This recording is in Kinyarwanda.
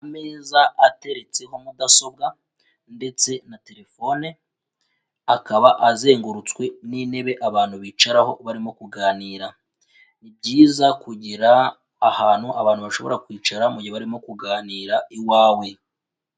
Ameza ateretseho mudasobwa ndetse na telefone, akaba azengurutswe n'intebe abantu bicaraho barimo kuganira, ni byiza kugira ahantu abantu bashobora kwicara mu gihe barimo kuganira iwawe.